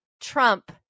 trump